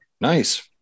Nice